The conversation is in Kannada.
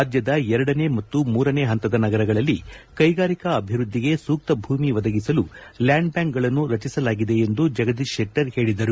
ರಾಜ್ಯದ ಎರಡನೇ ಮತ್ತು ಮೂರನೇ ಪಂತದ ನಗರಗಳಲ್ಲಿ ಕೈಗಾರಿಕಾ ಅಭಿವ್ಯದ್ಧಿಗೆ ಸೂಕ್ತ ಭೂಮಿ ಒದಗಿಸಲು ಲ್ಯಾಂಡ್ ಬ್ಯಾಂಕ್ಗಳನ್ನು ರಚಿಸಲಾಗಿದೆ ಎಂದು ಜಗದೀಶ್ ಶೆಟ್ಟರ್ ಹೇಳಿದರು